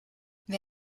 wer